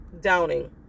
Downing